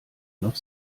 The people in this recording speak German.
noch